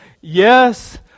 Yes